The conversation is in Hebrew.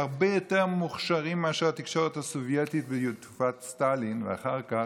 שהם הרבה יותר מוכשרים מאשר התקשורת הסובייטית בתקופת סטלין ואחר כך,